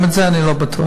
גם זה, אני לא בטוח.